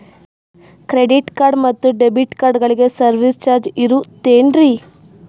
Credit card ಮತ್ತು debit ಕಾರ್ಡಗಳಿಗೆ service charge ಇರುತೇನ್ರಿ?